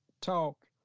talk